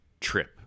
trip